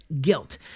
guilt